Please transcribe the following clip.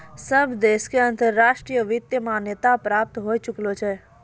सब देश मे अंतर्राष्ट्रीय वित्त के मान्यता प्राप्त होए चुकलो छै